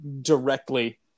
directly